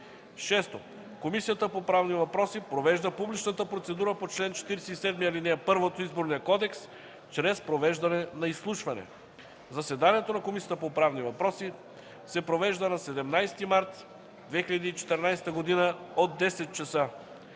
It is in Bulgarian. г. 6. Комисията по правни въпроси провежда публичната процедура по чл. 47, ал. 1 от Изборния кодекс чрез провеждане на изслушване. Заседанието на Комисията по правни въпроси се провежда на 17 март 2014 г. от 10,00 ч.